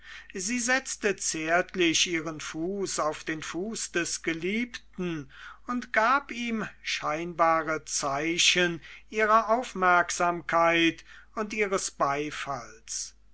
sie setzte zärtlich ihren fuß auf den fuß des geliebten und gab ihm scheinbare zeichen ihrer aufmerksamkeit und ihres beifalls